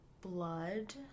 blood